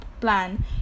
plan